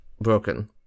broken